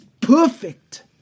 perfect